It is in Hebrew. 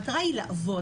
המטרה היא לעבוד.